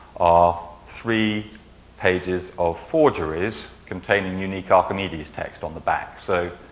ah three pages of forgeries containing unique archimedes text on the back. so,